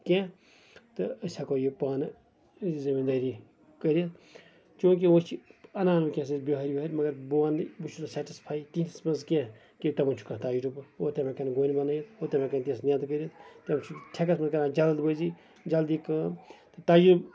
کیٚنٛہہ تہٕ أسۍ ہیٚکو یہِ پانہٕ زٔمین دٲری کٔرِتھ چونکہِ ووں چھِ اَنان وٕنکیٚس أسۍ بِہٲرۍ وِہٲرۍ مَگر بہٕ وَنہٕ یہِ کہِ بہٕ چھس نہٕ سیٹِفاے تِہِنٛدِس منٛز کیٚنہہ کہِ تِمن چھُ کانٛہہ تَجرُبہٕ اور تِم ہیٚکن گوٚنۍ بَنٲوِتھ اور تِم ہیٚکن تِژھ نیٚندٕ کٔرِتھ تَمہِ سۭتۍ ہیٚکَکھ نہٕ کانٛہہ جلد بٲزِ جلدی کٲم تہٕ تَجرُبہٕ